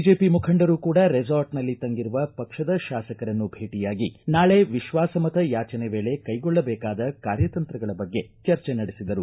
BJP ಮುಖಂಡರು ಕೂಡ ರೆಸಾರ್ಟ್ನಲ್ಲಿ ತಂಗಿರುವ ಪಕ್ಷದ ಶಾಸಕರನ್ನು ಭೇಟಯಾಗಿ ನಾಳೆ ವಿಶ್ವಾಸ ಮತ ಯಾಚನೆ ವೇಳೆ ಕೈಗೊಳ್ಳದೇಕಾದ ಕಾರ್ಯತಂತ್ರಗಳ ಬಗ್ಗೆ ಚರ್ಚೆ ನಡೆಸಿದರು